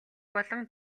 болон